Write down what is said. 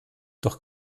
doch